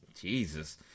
Jesus